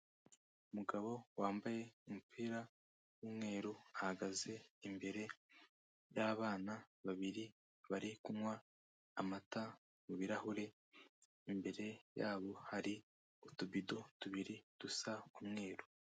Umugabo wambaye umupira w'umweru, ahagaze imbere y'abana babiri, bari kunywa amata mu bihure, imbere yabo hari utubido tubiri dusa umweru.